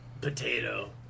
potato